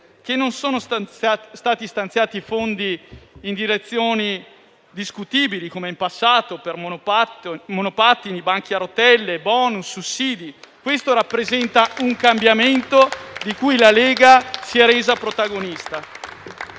e non sono stati stanziati fondi in direzioni discutibili, come avvenuto in passato per monopattini, banchi a rotelle, *bonus*, sussidi. Questo rappresenta un cambiamento di cui la Lega si è resa protagonista.